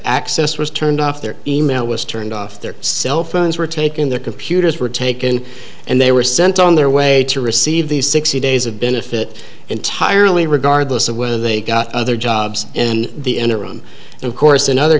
access was turned off their e mail was turned off their cell phones were taken their computers were taken and they were sent on their way to receive these sixty days of benefit entirely regardless of whether they got other jobs and the enron and of course in other